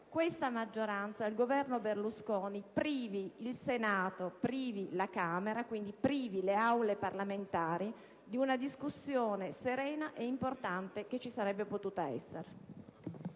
questa maggioranza e il Governo Berlusconi privino il Senato, la Camera e quindi le Aule parlamentari di una discussione serena e importante che ci sarebbe potuta essere.